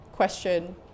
question